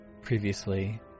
previously